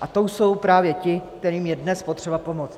A to jsou právě ti, kterým je dnes potřeba pomoct.